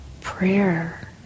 prayer